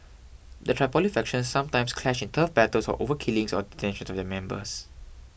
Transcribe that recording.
the Tripoli factions sometimes clash in turf battles or over killings or detentions of their members